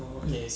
orh